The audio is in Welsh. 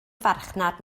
farchnad